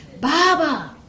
Baba